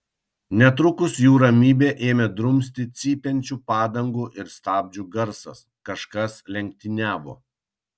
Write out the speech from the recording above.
netrukus jų ramybę ėmė drumsti cypiančių padangų ir stabdžių garsas kažkas lenktyniavo